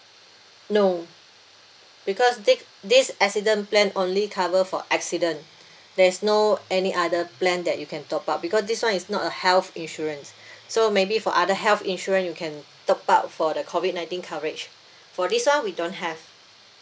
no because this this accident plan only cover for accident there's no any other plan that you can top up because this [one] is not a health insurance so maybe for other health insurance you can top up for the COVID nineteen coverage for this [one] we don't have